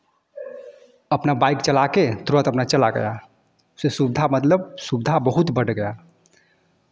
अपना बाइक चला के तुरंत अपना चला गया इससे सुविधा मतलब सुविधा बहुत बढ़ गया